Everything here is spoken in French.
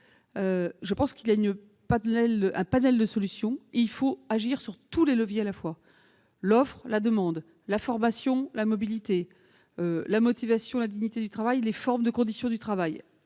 vous qu'il y a un éventail de solutions. Il faut agir sur tous les leviers à la fois : l'offre, la demande, la formation, la mobilité, la motivation, la dignité du travail, les formes et conditions du travail.